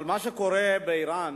אבל מה שקורה באירן